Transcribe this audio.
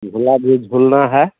झूला भी झूलना है